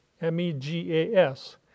M-E-G-A-S